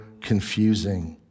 confusing